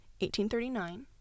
1839